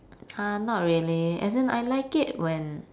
uh not really as in I like it when